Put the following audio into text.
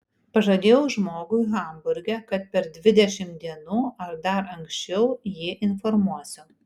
pažadėjau žmogui hamburge kad per dvidešimt dienų ar dar anksčiau jį informuosiu